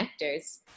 connectors